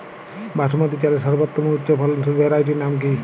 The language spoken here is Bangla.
বাসমতী চালের সর্বোত্তম উচ্চ ফলনশীল ভ্যারাইটির নাম কি?